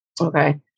Okay